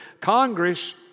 Congress